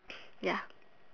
ya